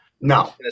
No